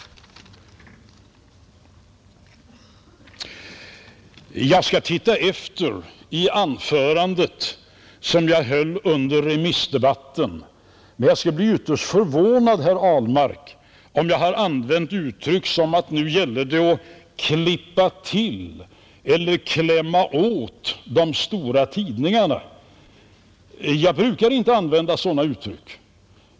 Jag skall titta efter i det anförande som jag höll under remissdebatten, men jag skulle bli ytterst förvånad, herr Ahlmark, om jag använt uttryck som att nu gällde det att klippa till eller klämma åt de stora tidningarna. Jag brukar inte använda sådana uttryck.